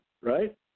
right